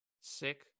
sick